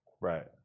Right